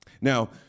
Now